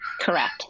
Correct